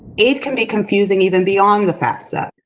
aid can be confusing, even beyond the fafsa.